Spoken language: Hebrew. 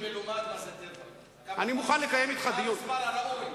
מלומד מה זה טבח, מה המספר הראוי?